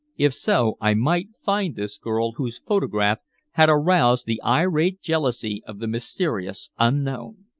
if so, i might find this girl whose photograph had aroused the irate jealousy of the mysterious unknown.